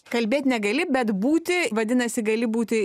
kalbėt negali bet būti vadinasi gali būti